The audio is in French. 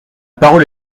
parole